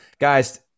guys